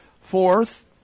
Fourth